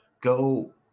go